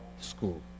school